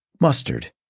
Mustard